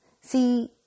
See